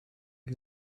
you